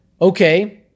okay